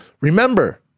remember